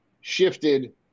shifted